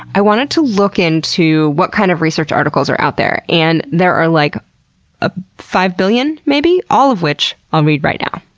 i wanted to look into what kind of research articles are out there. and there are like ah five billion maybe? all of which i'll read right now.